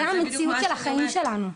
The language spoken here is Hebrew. זו המציאות של החיים שלנו.